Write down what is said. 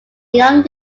young